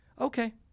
Okay